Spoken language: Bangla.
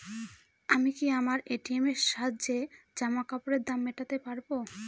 আমি কি আমার এ.টি.এম এর সাহায্যে জামাকাপরের দাম মেটাতে পারব?